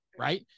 Right